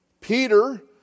Peter